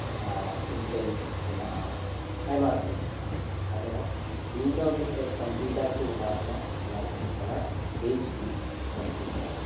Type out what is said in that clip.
ᱮᱜ ᱤᱱᱴᱮᱞ ᱦᱮᱱᱟᱜᱼᱟ ᱟᱭᱢᱟ ᱨᱚᱠᱚᱢ ᱦᱮᱱᱟᱜᱼᱟ ᱟᱫᱚ ᱤᱧ ᱫᱚ ᱢᱤᱫᱴᱮᱡ ᱠᱚᱢᱯᱤᱭᱩᱴᱟᱨ ᱠᱚ ᱮᱢᱟ ᱫᱤᱧᱟ ᱚᱱᱟ ᱫᱚ ᱦᱩᱭᱩᱜ ᱠᱟᱱᱟ ᱮᱭᱤᱪ ᱯᱤ ᱠᱚᱢᱯᱤᱭᱩᱴᱟᱨ